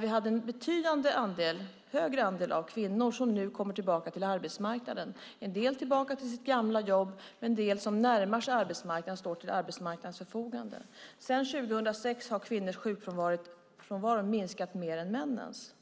Vi har en större andel av kvinnor som nu kommer tillbaka till arbetsmarknaden; en del tillbaka till sitt gamla jobb, en del som närmar sig arbetsmarknaden och står till arbetsmarknadens förfogande. Sedan 2006 har kvinnors sjukfrånvaro minskat mer än männens.